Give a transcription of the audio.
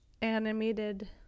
animated